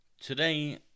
Today